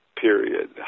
period